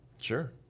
Sure